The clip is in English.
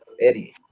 Eddie